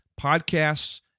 podcasts